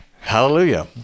hallelujah